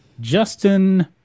Justin